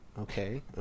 Okay